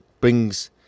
brings